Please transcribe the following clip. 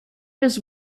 was